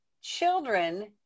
children